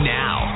now